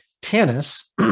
Tannis